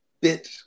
bit